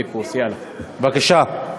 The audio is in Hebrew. בבקשה.